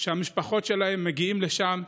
שהמשפחות שלהם מגיעות לשם,